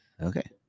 Okay